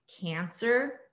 Cancer